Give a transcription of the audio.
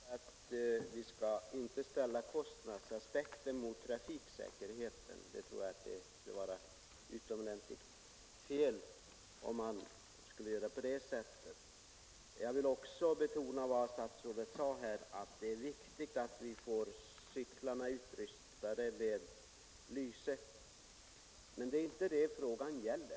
g Herr talman! Vi skall inte ställa kostnadsaspekten mot trafiksäkerhe ten — det tror jag skulle vara utomordentligt felaktigt. Nr 83 Jag vill också betona vad statsrådet här sade — att det är viktigt att Torsdagen den man får cyklarna utrustade med lyse. Men det är inte det frågan gäller.